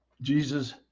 Jesus